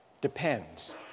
depends